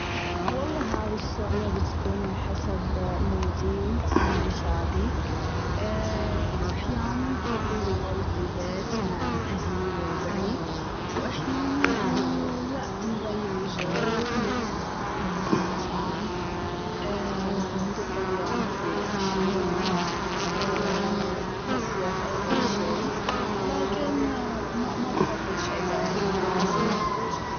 والله هذي الشغلة بتكون على حسب مودي أنا ايش ابي؟ أحياناً أفضل ضل في البيت مع أهلي وربعي. و أحياناً أنه لا، نغير جو و نطلع نروح مطعم. نقضي اليوم في بشيء مصيف أو اي شيء، لكن ما بفضل شي بعينه على حسب المود.